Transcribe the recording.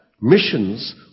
missions